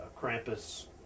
Krampus